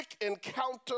encounter